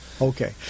Okay